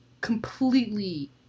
completely